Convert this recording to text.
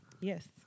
Yes